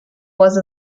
was